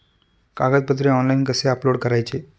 कागदपत्रे ऑनलाइन कसे अपलोड करायचे?